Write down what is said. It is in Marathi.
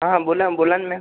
हा बोला बोला ना मॅम